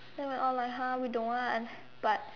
so we were all like !huh! we don't want but